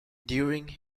during